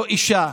לא אישה,